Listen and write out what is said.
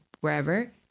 wherever